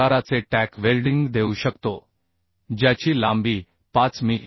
आकाराचे tack welding देऊ शकतो ज्याची लांबी 5 मि